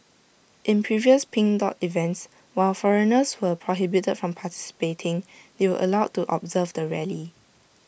in previous pink dot events while foreigners were prohibited from participating they were allowed to observe the rally